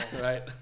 Right